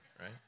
right